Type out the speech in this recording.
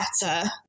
better